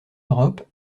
europe